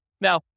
Now